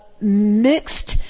mixed